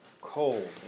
cold